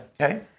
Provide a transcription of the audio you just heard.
Okay